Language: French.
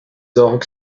orgues